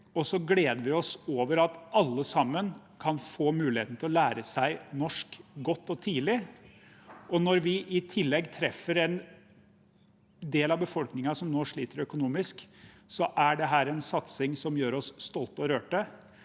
og så gleder vi oss over at alle sammen kan få muligheten til å lære seg norsk godt og tidlig. Når vi i tillegg treffer en del av befolkningen som nå sliter økonomisk, er dette en satsing som gjør oss stolte og rørte,